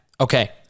okay